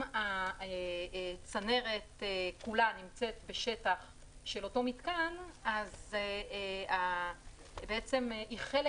אם הצנרת כולה נמצאת בשטח של אותו מתקן אז היא חלק